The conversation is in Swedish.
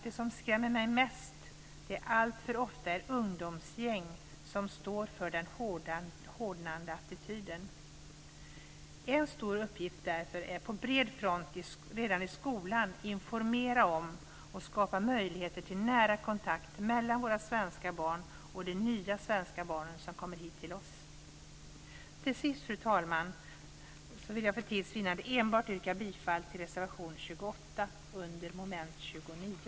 Det som skrämmer mig mest är att det alltför ofta är ungdomsgäng som står för den hårdnande attityden. En stor uppgift är därför att på bred front redan i skolan informera om och skapa möjligheter till nära kontakt mellan våra svenska barn och de nya svenska barnen som kommer hit till oss. Till sist, fru talman, vill jag för tids vinnande yrka bifall enbart till reservation 28 under mom. 29.